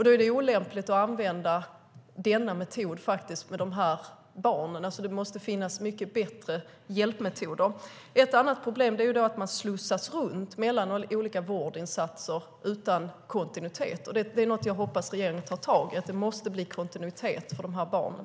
Då är det olämpligt att använda den här metoden med de barnen. Det måste finnas mycket bättre hjälpmetoder. Ett annat problem är att man slussas runt mellan olika vårdinsatser utan kontinuitet. Det är något som jag hoppas att regeringen tar tag i. Det måste bli kontinuitet för de här barnen.